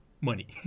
money